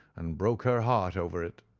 and broke her heart over it.